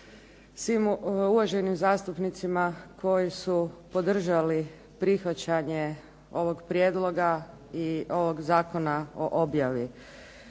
svim uvaženim zastupnicima koji su podržali prihvaćanje ovog prijedloga i ovog zakona o objavi.